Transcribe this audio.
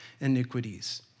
iniquities